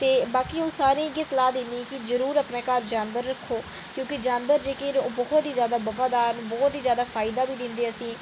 बाकी अ'ऊं सारें गी सलाह् दिन्नी कि जरूर अपने घर जानवर रक्खो क्यूंकि जानवर बहुत जैदा बफादार न बहुत ही जैदा फायदा बी दिंदे न